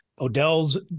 Odell's